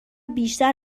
بیشتر